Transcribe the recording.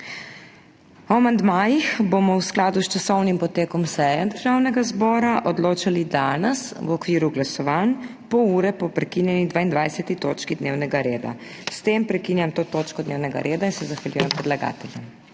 amandmajih bomo v skladu s časovnim potekom seje Državnega zbora odločali danes v okviru glasovanj, pol ure po prekinjeni 22. točki dnevnega reda. S tem prekinjam to točko dnevnega reda in se zahvaljujem predlagateljem.